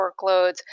workloads